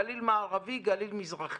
גליל מערבי, גליל מזרחי,